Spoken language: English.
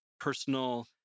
personal